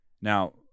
Now